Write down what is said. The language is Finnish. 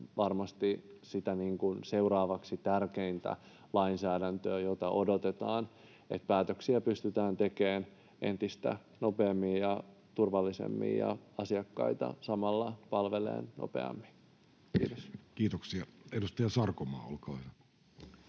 varmasti sitä seuraavaksi tärkeintä lainsäädäntöä, jolta odotetaan, että päätöksiä pystytään tekemään entistä nopeammin ja turvallisemmin ja samalla asiakkaita palvelemaan nopeammin. — Kiitos. [Speech 31] Speaker: